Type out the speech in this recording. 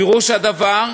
פירוש הדבר,